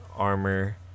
armor